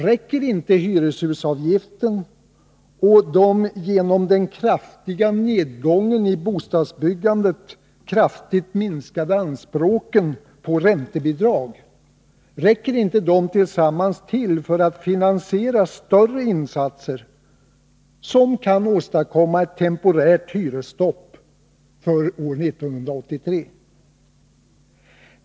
Räcker inte hyreshusavgiften, tillsammans med de genom den kraftiga nedgången i bostadsbyggandet kraftigt minskade anspråken på räntebidrag, till för att finansiera större insatser, som kan åstadkomma ett temporärt hyresstopp för 1983?